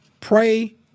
Pray